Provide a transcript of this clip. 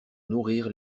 nourrir